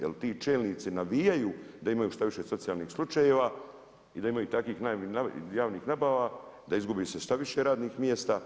Jer ti čelnici navijaju da imaju što više socijalnih slučajeva i da imaju takvih javnih nabava, da izgubi se što više radnih mjesta.